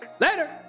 later